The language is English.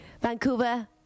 Vancouver